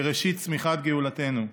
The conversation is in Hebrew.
כראשית צמיחת גאולתנו.